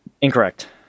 Incorrect